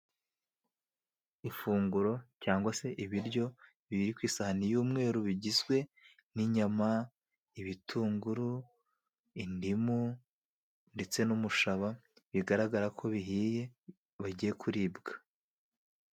Ifunguro cyangwa se ibiryo biri ku isahani y'umweru, bigizwe n'inyama ,ibitunguru, indimu ndetse n'umushaba. Bigaragara ko bihiye bagiye kuribwa.